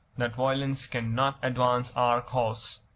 that violence can not advance our cause.